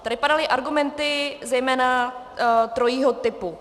Tady padaly argumenty zejména trojího typu.